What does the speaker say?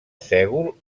sègol